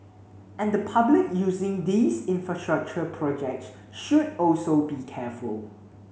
and the public using these infrastructure projects should also be careful